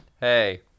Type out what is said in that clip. Hey